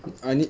I need